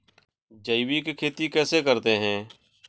जैविक खेती कैसे करते हैं?